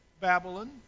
Babylon